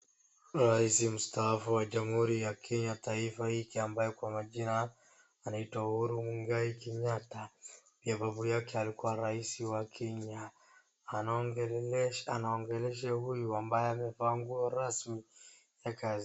Rais mustaafu wa jamhuri ya Kenya taifa hiki ambaye kwa majina anaitwa Uhuru Mwegai Kenyatta, pia babu yake alikuwa rais wa Kenya anaongelesha huyu ambaye amevaa nguo rasmi ya kazi.